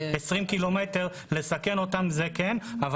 20 קילומטרים לסכן אותם זה כן,